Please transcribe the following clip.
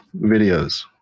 videos